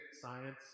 science